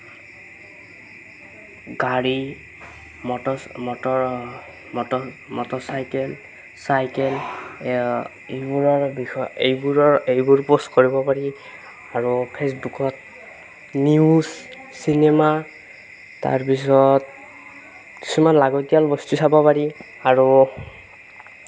গাড়ী motor motor motor motor cycle cycle এইবোৰৰ বিষয়ে এইবোৰৰ এইবোৰ প'ষ্ট কৰিব পাৰি আৰু ফেচবুকত নিউজ চিনেমা তাৰপিছত কিছুমান লাগতিয়াল বস্তু চাব পাৰি আৰু